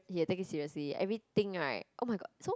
he'll take it seriously everything right oh-my-god so